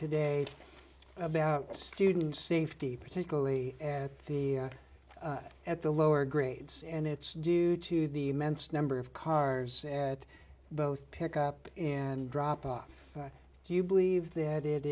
today about student safety particularly at the at the lower grades and it's due to the immense number of cars at both pick up and drop off do you believe that it